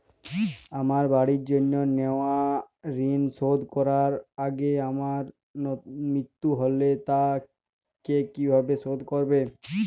আমার বাড়ির জন্য নেওয়া ঋণ শোধ করার আগে আমার মৃত্যু হলে তা কে কিভাবে শোধ করবে?